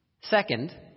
Second